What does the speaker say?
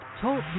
Talk